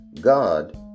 God